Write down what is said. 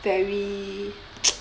very